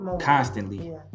constantly